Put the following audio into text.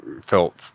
felt